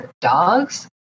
dogs